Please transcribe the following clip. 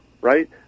right